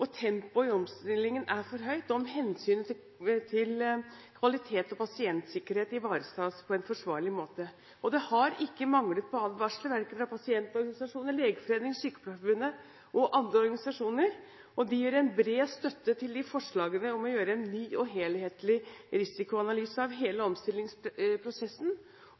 at tempoet i omstillingen er for høyt, og om hensynet til kvalitet og pasientsikkerhet er ivaretatt på en forsvarlig måte. Det har ikke manglet på advarsler verken fra pasientorganisasjoner, Legeforeningen, Sykepleierforbundet og andre organisasjoner. De gir bred støtte til forslagene om å gjøre en ny og enhetlig risikoanalyse av hele omstillingsprosessen